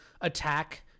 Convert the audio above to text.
attack